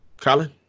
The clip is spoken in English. Colin